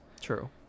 True